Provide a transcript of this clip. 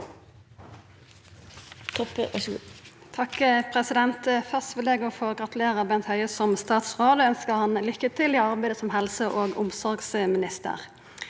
(Sp) Først vil eg òg få gra- tulera Bent Høie som statsråd og ønskja han lykke til i arbeidet som helse- og omsorgsminister.